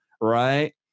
right